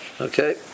Okay